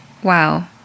Wow